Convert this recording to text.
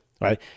right